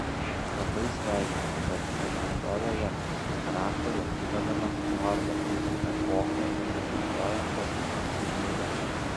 labai sveikinu kad ketvirtojoje grafoje įvedama nuoroda į epochą reprezentuojančias asmenybes